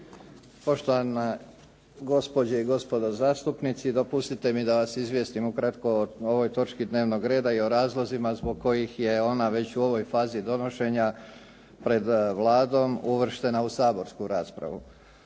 poštovana gospođe i gospodo zastupnici. Dopustite mi da vas izvijestim u kratko o ovoj točki dnevnog reda i o razlozima zbog kojih je ona već u ovoj fazi donošenja pred Vladom uvrštena u saborsku raspravu.